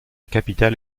capitale